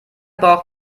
braucht